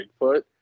Bigfoot